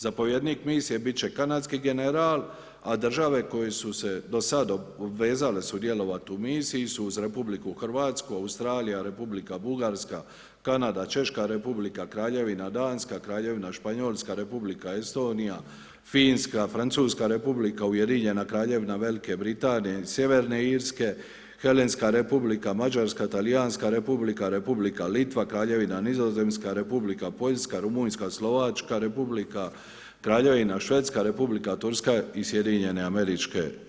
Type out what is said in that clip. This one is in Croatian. Zapovjednik misije bit će kanadski general, a države koje su se do sada obvezale sudjelovati u misiji su uz RH, Australija, Republika Bugarska, Kanada, Češka Republika, Kraljevina Danska, Kraljevina Španjolska, Republika Estonija, Finska, Francuska Republika, Ujedinjena kraljevina Velike Britanije, Sjeverne Irske, Helenska Republika, Mađarska, Talijanska Republika, Republika Litva, Kraljevina Nizozemska, Republika Poljska, Rumunjska, Slovačka Republika, Kraljevina Švedska, Republika Turska i SAD.